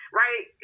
right